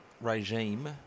regime